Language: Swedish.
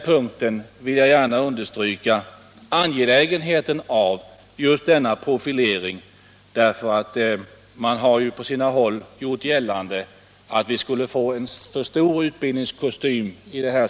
Jag vill gärna understryka det angelägna i denna profilering. Man har nämligen på sina håll gjort gällande att vi skulle få en för stor utbildningskostym.